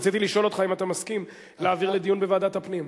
רציתי לשאול אותך אם אתה מסכים להעביר לדיון בוועדת הפנים?